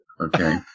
okay